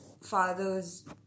father's